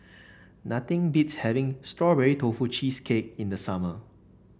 nothing beats having Strawberry Tofu Cheesecake in the summer